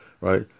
right